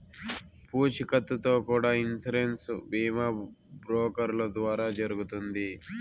పూచీకత్తుతో కూడా ఇన్సూరెన్స్ బీమా బ్రోకర్ల ద్వారా జరుగుతుంది